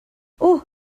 اوه